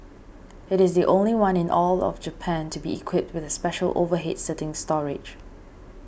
it is the only one in all of Japan to be equipped with the special overhead seating storage